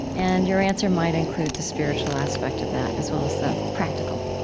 and your answer might include the spiritual aspect of that, as well as the practical